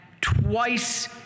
twice